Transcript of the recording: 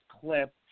clip